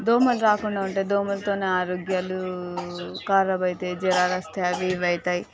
దోమలు రాకుండా ఉంటే దోమలతో ఆరోగ్యాలు ఖరాబ్ అవుతాయి జ్వరాలు వస్తాయి అవి ఇవి అవుతాయి